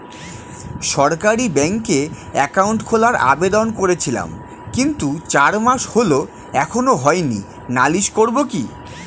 সরকারি ব্যাংকে একাউন্ট খোলার আবেদন করেছিলাম কিন্তু চার মাস হল এখনো হয়নি নালিশ করব কি?